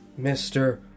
Mr